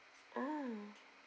ah